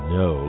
no